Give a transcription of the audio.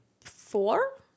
four